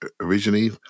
originally